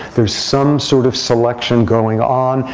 there's some sort of selection going on,